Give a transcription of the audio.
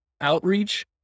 outreach